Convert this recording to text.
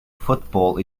football